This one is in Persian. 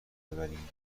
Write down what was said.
ببریم